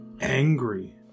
angry